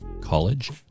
College